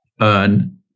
earn